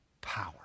power